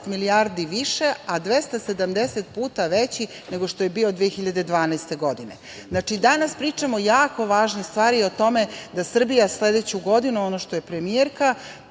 milijardi više, a 270 puta veći nego što je bio 2012. godine. Znači, danas pričamo jako važne stvari o tome da Srbija sledeću godinu, ono što je premijerka